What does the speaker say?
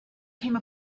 came